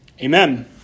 amen